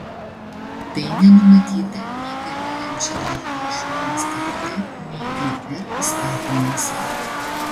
tai nenumatyta nei galiojančiame lžūa statute nei lr įstatymuose